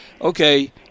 Okay